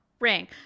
ring